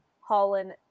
Holland